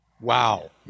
Wow